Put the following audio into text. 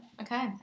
Okay